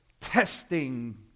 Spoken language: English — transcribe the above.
testing